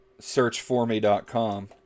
searchforme.com